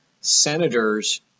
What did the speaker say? senators